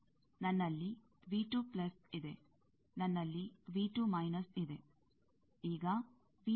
ನನ್ನಲ್ಲಿ ಇದೆ ನನ್ನಲ್ಲಿ ಇದೆ